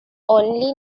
only